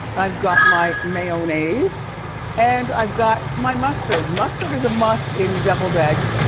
i've got my mayonnaise and i've got my mustard. mustard is a must in deviled eggs.